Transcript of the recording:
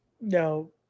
No